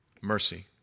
Mercy